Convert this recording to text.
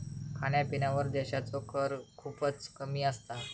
खाण्यापिण्यावर देशाचो कर खूपच कमी असता